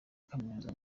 kaminuza